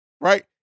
right